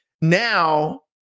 now –